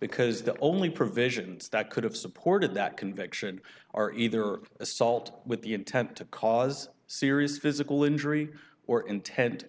because the only provisions that could have supported that conviction are either assault with the intent to cause serious physical injury or intent